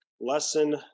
lesson